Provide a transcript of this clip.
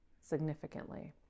significantly